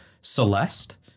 Celeste